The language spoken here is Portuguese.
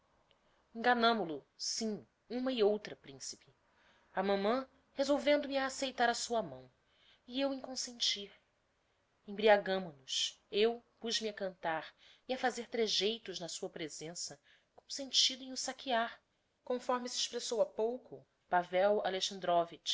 enganámol o sim uma e outra principe a mamã resolvendo me a aceitar a sua mão e eu em consentir embriagámo nos eu puz-me a cantar e a fazer tregeitos na sua presença com sentido em o saquear conforme se expressou ha pouco pavel